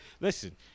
listen